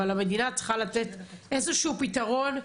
אבל המדינה צריכה לתת איזה שהוא פיתרון,